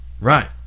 Right